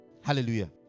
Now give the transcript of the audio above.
Hallelujah